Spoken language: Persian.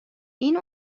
این